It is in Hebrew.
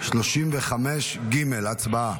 הסתייגות 35 ג' הצבעה.